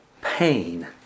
pain